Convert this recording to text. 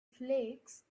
flakes